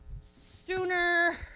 Sooner